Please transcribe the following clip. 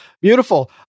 Beautiful